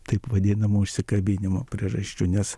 taip vadinamų užsikabinimo priežasčių nes